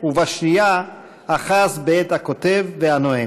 ובשנייה אחז בעט הכותב והנואם.